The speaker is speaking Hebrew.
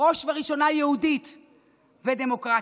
בראש וראשונה יהודית ודמוקרטית.